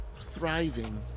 thriving